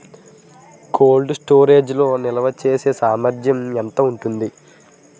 Cold storage లో నిల్వచేసేసామర్థ్యం ఎంత ఉంటుంది?